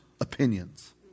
opinions